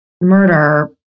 murder